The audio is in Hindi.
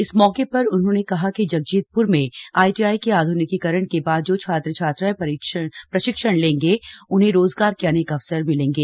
इस मौके पर उन्होंने कहा कि जगजीतपुर में आईटीआई के आध्निकीकरण के बाद जो छात्र छात्राएं प्रशिक्षण लेंगे उन्हें रोजगार के अनेक अवसर मिलेंगे